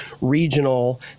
regional